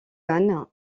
han